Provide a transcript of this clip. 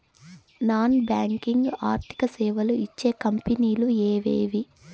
Non banking ఆర్థిక సేవలు ఇచ్చే కంపెని లు ఎవేవి?